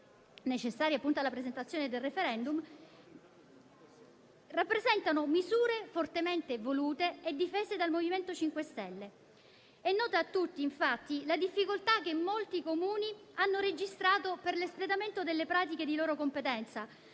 necessarie alla presentazione dello stesso rappresentano misure fortemente volute e difese dal MoVimento 5 Stelle. È nota a tutti, infatti, la difficoltà che molti Comuni hanno registrato per l'espletamento delle pratiche di loro competenza,